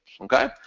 Okay